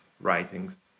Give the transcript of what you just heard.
writings